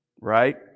Right